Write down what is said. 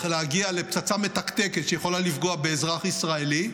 להגיע לפצצה מתקתקת שיכולה לפגוע באזרח ישראלי,